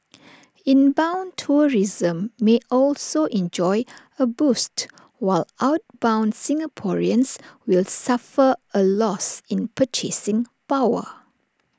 inbound tourism may also enjoy A boost while outbound Singaporeans will suffer A loss in purchasing power